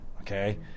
okay